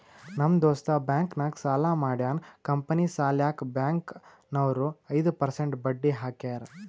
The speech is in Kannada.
ನಮ್ ದೋಸ್ತ ಬ್ಯಾಂಕ್ ನಾಗ್ ಸಾಲ ಮಾಡ್ಯಾನ್ ಕಂಪನಿ ಸಲ್ಯಾಕ್ ಬ್ಯಾಂಕ್ ನವ್ರು ಐದು ಪರ್ಸೆಂಟ್ ಬಡ್ಡಿ ಹಾಕ್ಯಾರ್